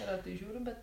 retai žiūriu bet